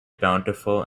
bountiful